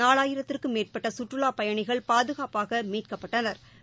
நாலாயிரத்திற்கும் மேற்பட்டசுற்றுலாப் பயணிகள் பாதுகாப்பாகமீட்கப்பட்டனா்